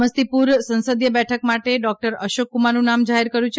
સમસ્તીપુર સંસદીય બેઠક માટે ડોકટર અશોક કુમારનું નામ જાહેર કર્યુ છે